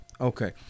Okay